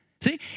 See